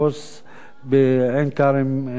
"הדסה עין-כרם".